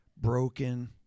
broken